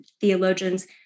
theologians